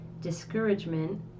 discouragement